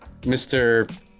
Mr